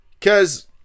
Cause